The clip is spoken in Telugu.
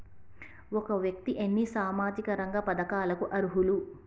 ఒక వ్యక్తి ఎన్ని సామాజిక రంగ పథకాలకు అర్హులు?